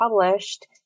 published